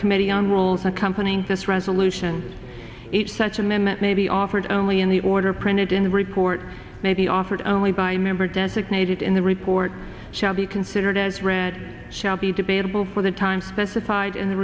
committee on rules accompanying this resolution each such a minute may be offered only in the order printed in the report may be offered only by member designated in the report shall be considered as read shall be debatable for the time specified in the